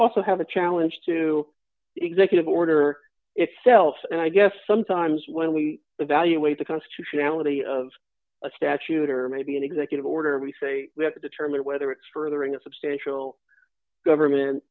also have a challenge to executive order itself and i guess sometimes when we evaluate the constitutionality of a statute or maybe an executive order we say we have to determine whether it's furthering a substantial government